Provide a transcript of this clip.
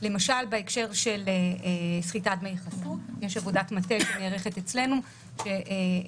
למשל בהקשר של סחיטת דמי חסות יש עבודת מטה שנערכת אצלנו שקשורה